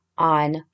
on